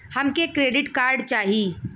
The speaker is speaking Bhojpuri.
हमके क्रेडिट कार्ड चाही